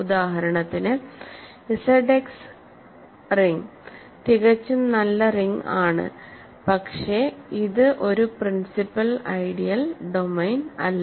ഉദാഹരണത്തിന് Z x ring തികച്ചും നല്ല റിംഗ് ആണ് പക്ഷേ ഇത് ഒരു പ്രിൻസിപ്പൽ ഐഡിയൽ ഡൊമെയ്ൻ അല്ല